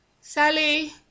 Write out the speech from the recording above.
Sally